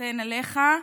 סחתיין עליך.